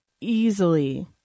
easily